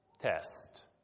test